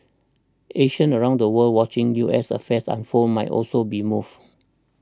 Asians around the world watching U S affairs unfold might also be moved